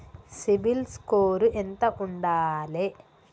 CIBIL score ఎంత ఉండాలే?